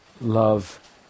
love